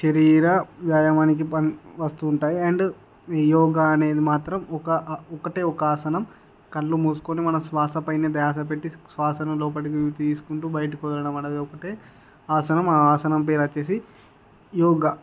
శరీర వ్యాయామానికి పనికి వస్తుంటాయి అండ్ యోగా అనేది మాత్రం ఒక ఒకటే ఒక ఆసనం కళ్ళు మూసుకుని మన శ్వాసపైన ధ్యాస పెట్టి శ్వాసను లోపటికి తీసుకుంటు బయటికి వదలడం అనేది ఒకటే ఆసనం ఆ ఆసనం పేరు వచ్చి యోగ